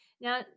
Now